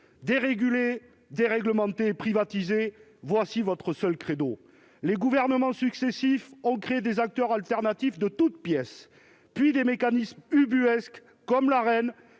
Déréguler, déréglementer et privatiser, tel est votre seul credo. Les gouvernements successifs ont créé des acteurs alternatifs de toutes pièces, puis des mécanismes ubuesques, comme l'accès